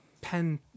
pen